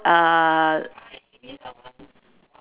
uh